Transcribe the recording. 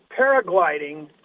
paragliding